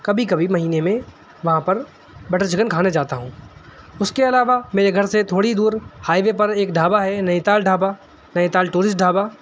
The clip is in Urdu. کبھی کبھی مہینے میں وہاں پر بٹر چکن کھانے جاتا ہوں اس کے علاوہ میرے گھر سے تھوڑی دور ہائیوے پر ایک ڈھابا ہے نیتال ڈھابا نیتال ٹورس ڈھابا